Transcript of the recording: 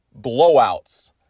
blowouts